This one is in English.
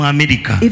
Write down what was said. America